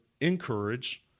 encourage